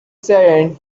saddened